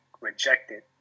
rejected